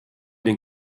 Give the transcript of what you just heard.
den